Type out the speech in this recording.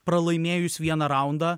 pralaimėjus vieną raundą